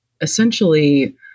essentially